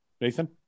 Nathan